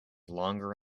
longer